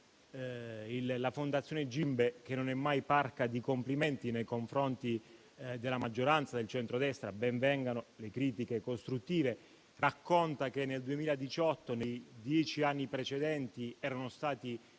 La fondazione GIMBE, mai parca di complimenti nei confronti della maggioranza del centrodestra - ben vengano le critiche costruttive - racconta che nel 2018, nei dieci anni precedenti, erano stati